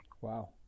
Wow